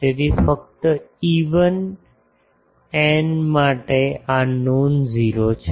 તેથી ફક્ત even n માટે આ નોન ઝેરો છે